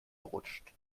rutscht